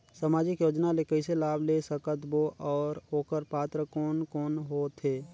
समाजिक योजना ले कइसे लाभ ले सकत बो और ओकर पात्र कोन कोन हो थे?